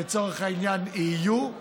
לצורך העניין יהיו,